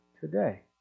today